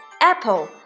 apple